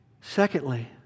Secondly